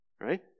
right